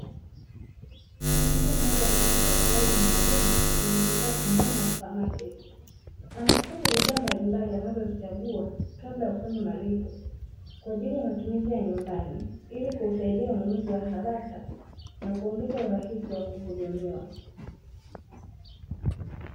Mtu mmoja anaendesha toroli maalumu lenye kikapu ndani ya supamaketi, anakusanya bidhaa mbalimbali anazozichagua kabla ya kufanya malipo, kwa ajili ya matumizi ya nyumbani ili kusaidia ununuzi wa haraka, na kuongeza urahisi wa kuhudumiwa.